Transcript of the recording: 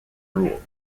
rule